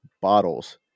bottles